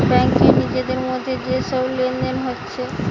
ব্যাংকে নিজেদের মধ্যে যে সব লেনদেন হচ্ছে